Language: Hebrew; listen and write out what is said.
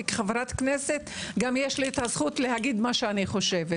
וכחברת כנסת יש לי הזכות להגיד מה שאני חושבת.